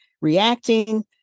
reacting